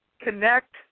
connect